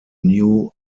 new